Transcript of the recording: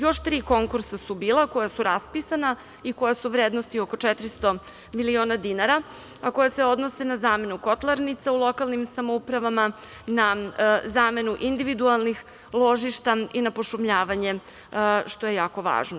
Još tri konkursa su bila koja su raspisana i koja su u vrednosti oko 400 miliona dinara, a koja se odnose na zamenu kotlarnica u lokalnim samoupravama, na zamenu individualnih ložišta i na pošumljavanje, što je jako važno.